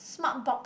smart box